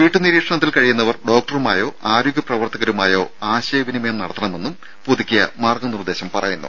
വീട്ടുനിരീക്ഷണത്തിൽ കഴിയുന്നവർ ഡോക്ടറുമായോ ആരോഗ്യപ്രവർത്തകരുമായോ ആശയവിനിമയം നടത്തണമെന്നും പുതുക്കിയ മാർഗനിർദേശത്തിൽ പറയുന്നു